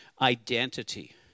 identity